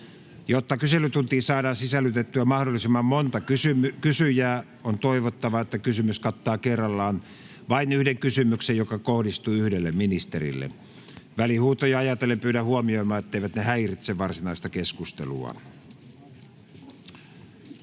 Jotta kyselytuntiin saadaan sisällytettyä mahdollisimman monta kysyjää, on toivottavaa, että kysymys kattaa kerrallaan vain yhden kysymyksen, joka kohdistuu yhdelle ministerille. Välihuutoja ajatellen pyydän huomioimaan, etteivät ne häiritse varsinaista keskustelua.